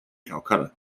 calcutta